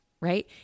right